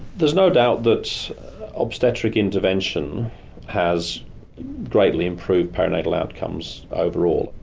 there's no doubt that obstetric intervention has greatly improved perinatal outcomes overall.